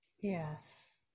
Yes